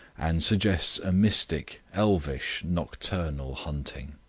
and suggests a mystic, elvish, nocturnal hunting.